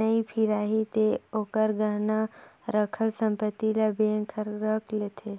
नइ फिराही ते ओखर गहना राखल संपति ल बेंक हर राख लेथें